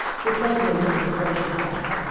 this ain't no demonstration car.